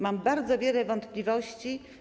Mam bardzo wiele wątpliwości.